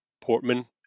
Portman